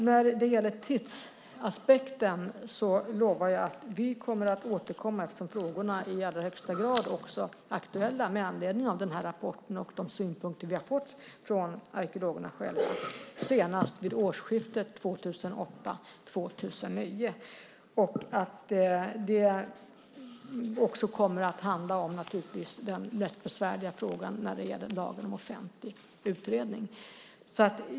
När det gäller tidsaspekten lovar jag att vi återkommer senast vid årsskiftet 2008/09 eftersom frågorna i allra högsta grad också är aktuella med anledning av rapporten och de synpunkter vi fått från arkeologerna själva. Det kommer då naturligtvis också att handla om den rätt besvärliga frågan om lagen om offentlig upphandling.